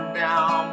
down